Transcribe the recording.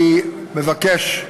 אני מבקש,